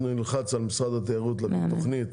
נלחץ על משרד התיירות להביא תוכנית